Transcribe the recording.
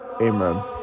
Amen